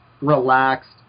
relaxed